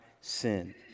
sin